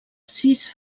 sis